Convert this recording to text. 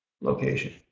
location